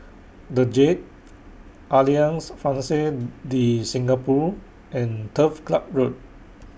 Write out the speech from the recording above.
The Jade Alliance Francaise De Singapour and Turf Club Road